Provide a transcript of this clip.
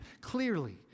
clearly